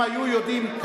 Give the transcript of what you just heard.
אם היו יודעים,